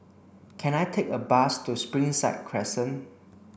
can I take a bus to Springside Crescent